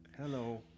Hello